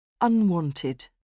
Unwanted